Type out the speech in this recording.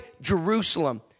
Jerusalem